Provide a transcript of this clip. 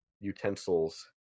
utensils